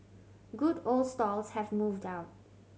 good old stalls have moved out